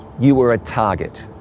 you were a target.